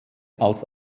als